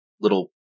little